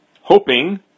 hoping